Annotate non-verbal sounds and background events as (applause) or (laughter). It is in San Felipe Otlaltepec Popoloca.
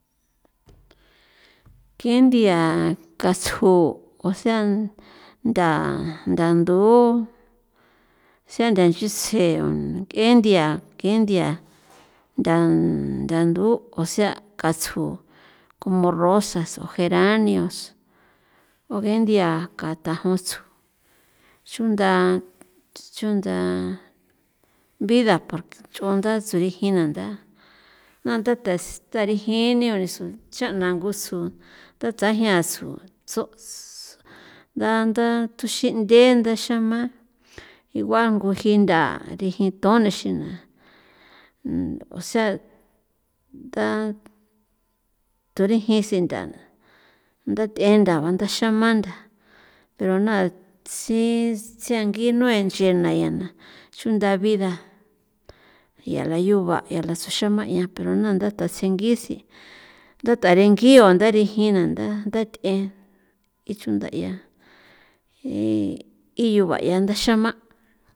(noise) ke nthia ka tsju o sea ntha ntha ndo'o sea ntha nchitsje ke nthia ke nthia (noise) ntha nthandu o sea ka tsju como rosas o geranios o ge nthia kathajon tsju chunda (noise) chunda vida porque ch'unda tsju riji na ntha na ntha tasi tharijen ni tsjo o chana ngo tsjo tha tsa jian tsju tsju (hesitation) ntha thuxinde'en ntha xema (noise) iguan nguji ntha rijinthon nixi na (hesitation) osea nda thurijin sintha'a na ntha te'e nda ba xema ntha pero na tsian tsiangi'i nue nchena na ya na chunda vida (noise) ya la yu ba etsjo xema'a ya pero na ntha tse tsingi si ntha tarengi jio ntha rijin na ntha t'en ichunda 'ia (hesitation) yu baya ntha xama'.